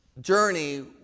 journey